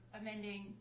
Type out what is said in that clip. amending